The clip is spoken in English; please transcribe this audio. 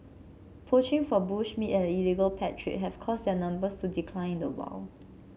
poaching for bush meat and illegal pet trade have caused their numbers to decline in the wild